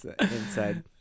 inside